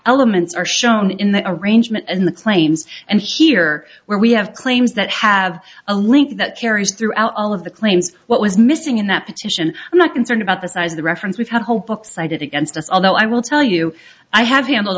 elements are shown in the arrangement and the claims and here where we have claims that have a link that carries throughout all of the claims what was missing in that petition i'm not concerned about the size of the reference we've had hope excited against us although i will tell you i have handled